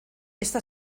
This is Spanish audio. esta